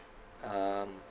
um